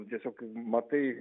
tiesiog matai